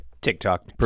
TikTok